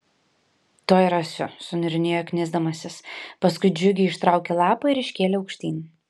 tuoj rasiu suniurnėjo knisdamasis paskui džiugiai ištraukė lapą ir iškėlė aukštyn